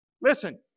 Listen